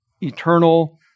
eternal